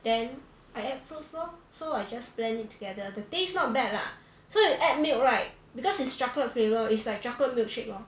then I add fruits lor so I just blend it together the taste not bad lah so you add milk right because it's chocolate flavour it's like chocolate milkshake lor